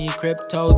crypto